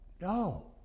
no